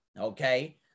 okay